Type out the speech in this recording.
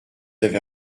avez